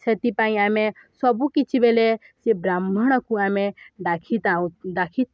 ସେଥିପାଇଁ ଆମେ ସବୁକିଛି ବେଲେ ସେ ବ୍ରାହ୍ମଣକୁ ଆମେ ଡ଼ାକିଥାଉଁ